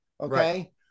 Okay